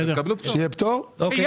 פטור.